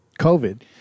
COVID